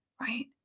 right